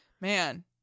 man